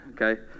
okay